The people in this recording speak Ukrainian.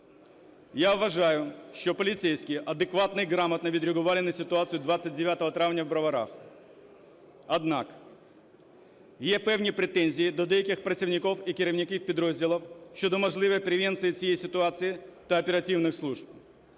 Я вважаю, що поліцейські адекватно і грамотно відреагували на ситуацію 29 травня в Броварах. Однак є певні претензії до деяких працівників і керівників підрозділів щодо можливої превенції цієї ситуації та оперативних служб.